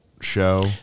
show